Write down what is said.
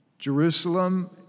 Jerusalem